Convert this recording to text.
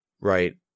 Right